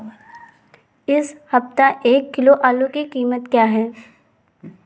इस सप्ताह एक किलो आलू की कीमत क्या है?